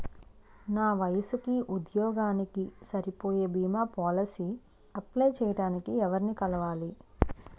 నా వయసుకి, ఉద్యోగానికి సరిపోయే భీమా పోలసీ అప్లయ్ చేయటానికి ఎవరిని కలవాలి?